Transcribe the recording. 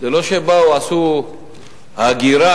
הבעיה האחרונה,